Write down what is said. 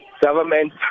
government